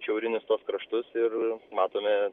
šiaurinius tuos kraštus ir matome